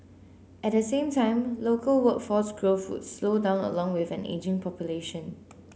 at the same time local workforce growth would slow down along with an ageing population